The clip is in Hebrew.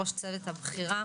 ראש צוות בכירה,